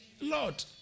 Lord